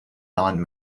non